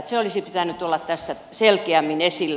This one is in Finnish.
sen olisi pitänyt olla tässä selkeämmin esillä